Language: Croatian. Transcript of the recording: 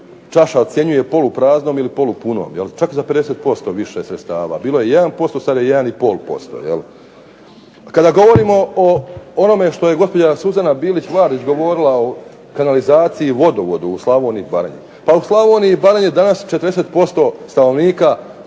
čaša ocjenjuje polupraznom ili polupunom. Čak za 50% više sredstava. Bilo je 1%, sada je 1 i pol posto. A kada govorimo onome što je gospođa Suzana Bilić Vardić govorila o kanalizaciji i vodovodu u Slavoniji i Baranji. Pa u Slavoniji i Baranji danas 40% stanovnika